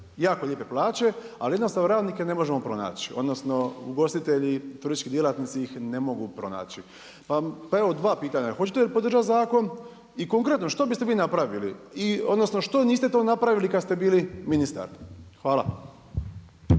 jako lijepe plaće. Ali jednostavno radnike ne možemo pronaći, odnosno ugostitelji, turistički djelatnici ih ne mogu pronaći. Pa evo dva pitanja. Hoćete li podržati zakon i konkretno što biste vi napravili, odnosno što niste to napravili kad ste bili ministar? Hvala.